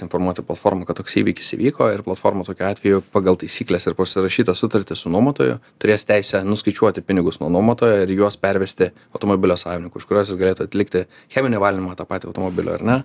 informuoti platformą kad toks įvykis įvyko ir platforma tokia atveju pagal taisykles ir pasirašytą sutartį su nuomotoju turės teisę nuskaičiuoti pinigus nuo nuomotojo ir juos pervesti automobilio savininkui už kuriuos galėtų atlikti cheminį valymą tą patį automobilio ar ne